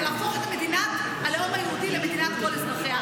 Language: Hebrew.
ולהפוך את מדינת הלאום היהודי למדינת כל אזרחיה.